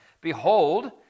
Behold